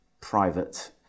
private